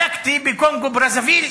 בדקתי בקונגו-ברזוויל,